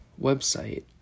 website